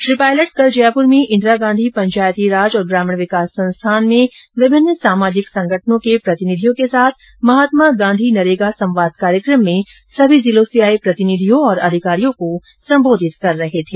श्री पायलट कल जयपुर में इंदिरा गांधी पंचायती राज एवं ग्रामीण विकास संस्थान में विभिन्न सामाजिक संगठनों के प्रतिनिधियों के साथ महात्मा गांधी नरेगा संवाद कार्यक्रम में सभी जिलों से आये प्रतिनिधियों एवं अधिकारियों को सम्बोधित कर रहे थे